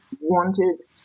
wanted